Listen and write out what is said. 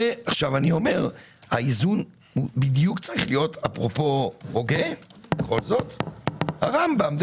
האיזון צריך להיות בדיוק גישת הרמב"ם,